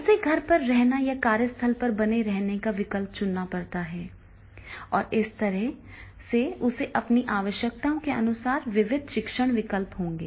उसे घर पर रहने या कार्यस्थल पर बने रहने का विकल्प चुनना पड़ता है इस तरह से उसे अपनी आवश्यकताओं के अनुसार विविध शिक्षण विकल्प होंगे